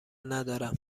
ندارم